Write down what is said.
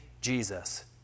Jesus